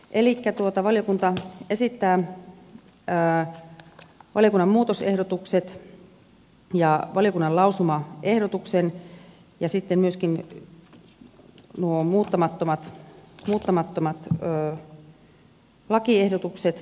elikkä valiokunta esittää valiokunnan muutosehdotukset ja valiokunnan lausumaehdotuksen ja sitten myöskin muuttamattomat lakiehdotukset